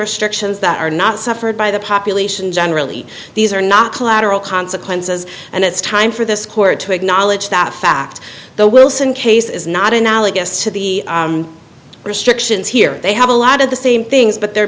restrictions that are not suffered by the population generally these are not collateral consequences and it's time for this court to acknowledge that fact the wilson case is not analogous to the restrictions here they have a lot of the same things but they're